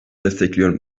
destekliyor